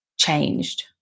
changed